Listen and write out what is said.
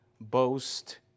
boast